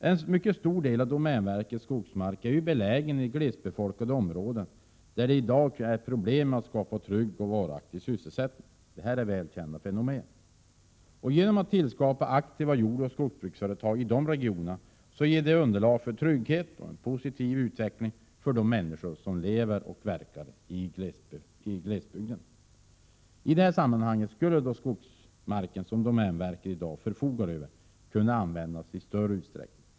En mycket stor del av domänverkets skogsmark är belägen i glesbefolkade områden, där problemen med att skapa trygg och varaktig sysselsättning är välkända. Genom att tillskapa aktiva jordoch skogsbruksföretag i dessa regioner ges underlag för trygghet och en positiv utveckling för de människor som lever och verkar i glesbygden. För detta bör domänverkets skogsmark användas i större utsträckning.